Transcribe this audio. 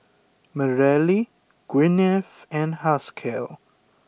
Mareli Gwyneth and Haskell